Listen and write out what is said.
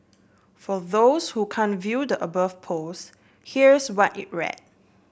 for those who can't view the above post here's what it read